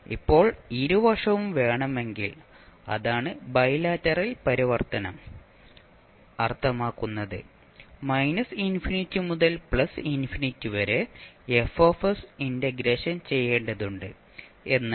ഇപ്പോൾ ഇരുവശവും വേണമെങ്കിൽ അതാണ് ബൈലാറ്ററൽ പരിവർത്തനം അർത്ഥമാക്കുന്നത് മൈനസ് ഇൻഫിനിറ്റി മുതൽ പ്ലസ് ഇൻഫിനിറ്റി വരെ F ഇന്റഗ്രേഷൻ ചെയ്യേണ്ടതുണ്ട് എന്നാണ്